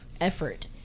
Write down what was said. effort